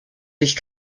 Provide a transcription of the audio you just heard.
dich